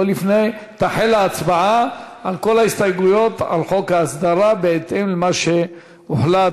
לא לפני תחל ההצבעה על כל ההסתייגויות על חוק ההסדרה בהתאם למה שהוחלט.